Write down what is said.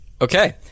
Okay